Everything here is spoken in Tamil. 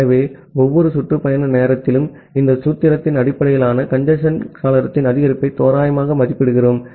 ஆகவே ஒவ்வொரு சுற்று பயண நேரத்திலும் இந்த சூத்திரத்தின் அடிப்படையில் கஞ்சேஸ்ன் சாளரத்தின் அதிகரிப்பை தோராயமாக மதிப்பிடுகிறோம்